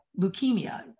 leukemia